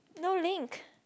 no link